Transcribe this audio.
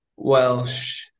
Welsh